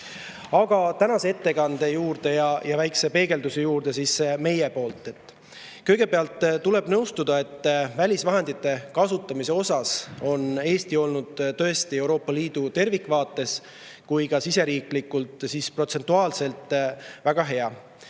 tänase ettekande ja meie väikese peegelduse juurde. Kõigepealt tuleb nõustuda, et välisvahendite kasutamises on Eesti olnud tõesti nii Euroopa Liidu tervikvaates kui ka siseriiklikult protsentuaalselt väga hea,